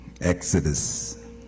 Exodus